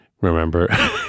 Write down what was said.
Remember